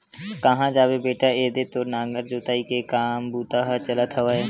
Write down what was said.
काँहा जाबे बेटा ऐदे तो नांगर जोतई के काम बूता ह चलत हवय